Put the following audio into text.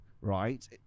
right